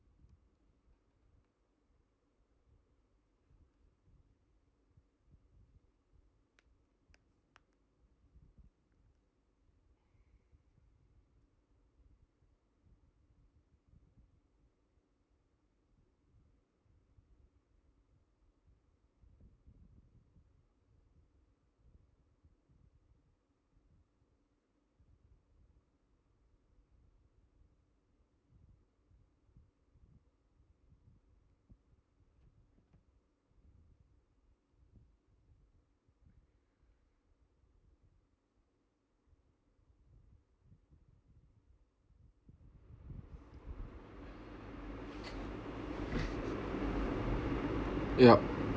yup